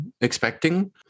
expecting